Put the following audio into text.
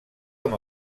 amb